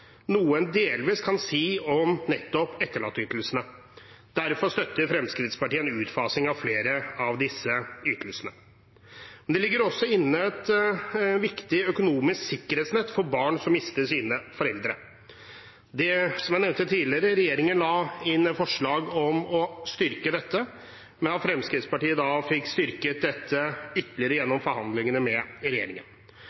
noe en delvis kan si om nettopp etterlatteytelsene. Derfor støtter Fremskrittspartiet en utfasing av flere av disse ytelsene. Det ligger også inne et viktig økonomisk sikkerhetsnett for barn som mister sine foreldre. Som jeg nevnte tidligere, la regjeringen inn forslag om å styrke dette, men Fremskrittspartiet fikk styrket det ytterligere